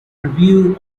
review